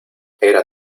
era